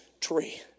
tree